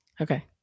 Okay